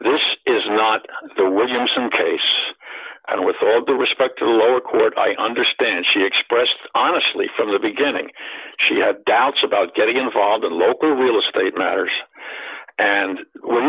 this is not the williamson case and with all due respect to the lower court i understand she expressed honestly from the beginning she had doubts about getting involved in local real estate matters and